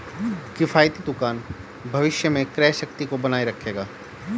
किफ़ायती दुकान भविष्य में क्रय शक्ति को बनाए रखेगा